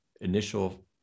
initial